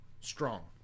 strong